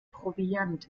proviant